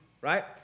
Right